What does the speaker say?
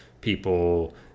people